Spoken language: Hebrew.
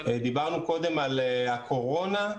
דיברנו קודם על הקורונה.